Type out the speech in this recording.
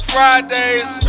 Fridays